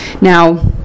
Now